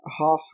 half